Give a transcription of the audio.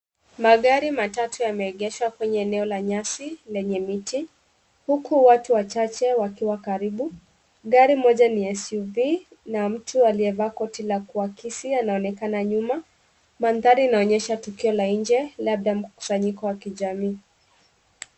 Magari matatu yameegeshwa kwenye eneo la nyasi lenye miti, huku watu wachache wakiwa karibu. Gari moja ni SUV na mtu aliyevaa koti la kuakisi anaonekana nyuma. Mandhari inaonyesha tukio la nje labda mkusanyiko wa kijamii.